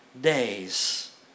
days